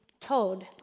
toad